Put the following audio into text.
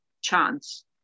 chance